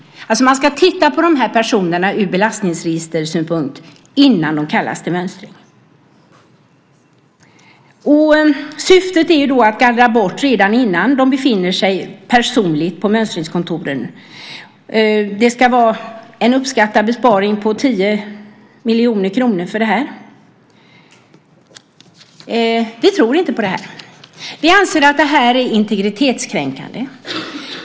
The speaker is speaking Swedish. Man ska alltså ta reda på vad som eventuellt står om dessa personer i belastningsregistret innan de kallas till mönstring. Syftet är att gallra bort en del redan innan de infinner sig personligen på mönstringskontoren. Man uppskattar att besparingen blir 10 miljoner kronor. Vi tror inte på det. Vi anser att detta är integritetskränkande.